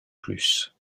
plus